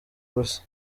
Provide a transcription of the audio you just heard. gusa